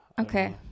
okay